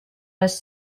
les